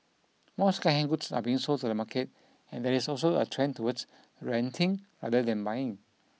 more second hand goods are being sold in the market and there is also a trend towards renting rather than buying